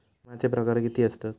विमाचे प्रकार किती असतत?